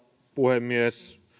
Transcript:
puhemies